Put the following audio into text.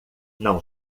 não